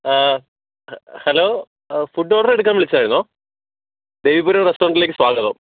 ആ hello food order എടുക്കാൻ വിളിച്ചാരുയിന്നോ ദേവീപുരം റസ്റ്റോറൻറ്റിലേക്ക് സ്വാഗതം